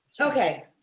Okay